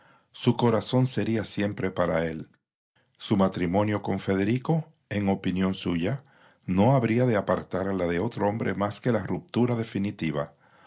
su corazón sería siempre para él su matrimonio con federico en opinión suya no habría de apartarla de otro hombre más que la ruptura definitiva